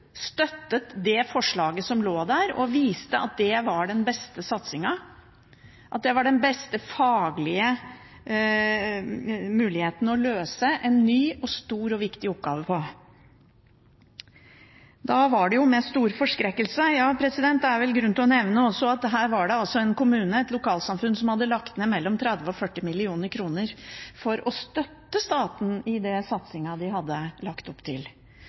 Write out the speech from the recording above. støttet det forslaget som lå der, og viste at det var den beste satsingen, at det var den beste faglige muligheten til å løse en ny, stor og viktig oppgave. Til stor forskrekkelse – ja, det er vel grunn til også å nevne at her var det en kommune, et lokalsamfunn, som hadde lagt ned 30 mill. kr–40 mill. kr for å støtte staten i den satsingen den hadde lagt opp til